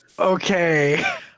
Okay